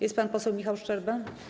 Jest pan poseł Michał Szczerba?